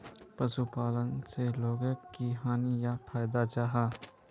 पशुपालन से लोगोक की हानि या फायदा जाहा?